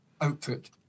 output